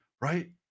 right